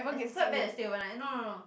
as it's quite bad to stay overnight no no no no